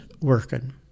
working